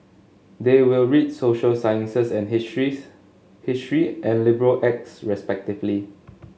they will read social sciences and histories history and liberal acts respectively